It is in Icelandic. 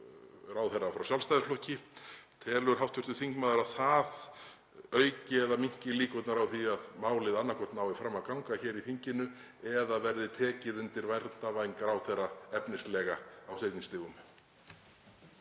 ráðherra frá Sjálfstæðisflokki. Telur hv. þingmaður að það auki eða minnki líkurnar á því að málið annaðhvort nái fram að ganga hér í þinginu eða verði tekið undir verndarvæng ráðherra efnislega á seinni stigum?